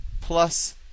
plus